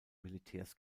militärs